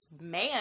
man